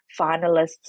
finalists